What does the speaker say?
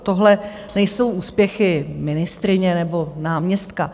Tohle nejsou úspěchy ministryně nebo náměstka.